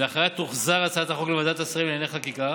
ואחריה תוחזר הצעת החוק לוועדת השרים לענייני חקיקה.